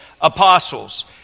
apostles